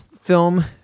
film